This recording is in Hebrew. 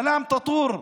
סלאם טאטור,